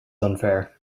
unfair